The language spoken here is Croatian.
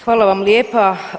Hvala vam lijepa.